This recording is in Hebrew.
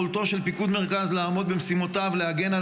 יכולתו של פיקוד מרכז לעמוד במשימותיו להגן על